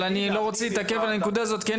אבל אני לא רוצה להתעכב על הנקודה הזאת כי אין